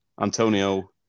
Antonio